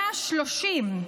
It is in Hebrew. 130,